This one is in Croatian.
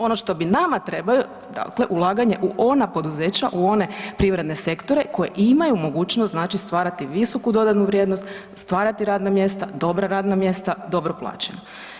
Ono što bi nama trebalo, dakle ulaganje u ona poduzeća, u one privredne sektore koje imaju mogućnost znači stvarati visoku dodanu vrijednost, stvarati radna mjesta, dobra radna mjesta, dobro plaćena.